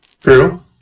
True